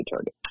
target